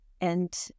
and-